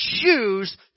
choose